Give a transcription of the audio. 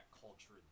culture